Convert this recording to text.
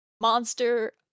monster